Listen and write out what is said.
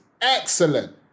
excellent